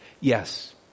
Yes